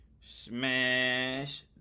Smash